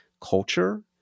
culture